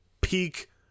peak